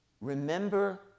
remember